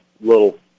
little